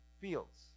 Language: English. fields